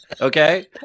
Okay